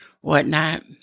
whatnot